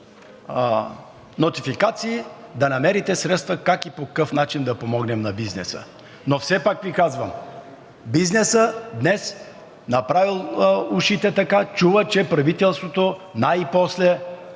нотификации, да намерите средства как и по какъв начин да помогнем на бизнеса. Все пак Ви казвам: бизнесът днес, наострил ушите, чува, че правителството най после,